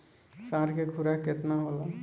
साँढ़ के खुराक केतना होला?